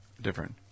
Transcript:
different